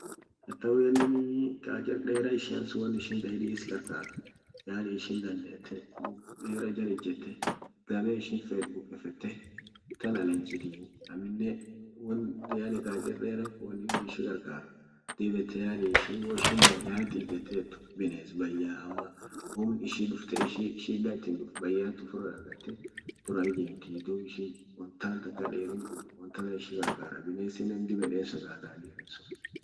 Tattawenenii qachar dera ishia sun won ishin zaidi is qar qart. yani ishin dandette muk dera jal ijette dame ishin fet buqifette tan alanchitii aminen won qachir deran kun wonin ishi qarqar dib yette yani ishin wo ishin bayyat ijetot bines bayya ama won ishi dufte ishi shida itin duft bayyat ufira dagarte dura ijemti duub ishi wontan akan derin kun wontan ishi qarqara amine isinen dib yede sodata derin sun.